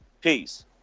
Peace